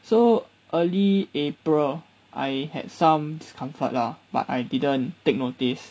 so early april I had some discomfort lah but I didn't take notice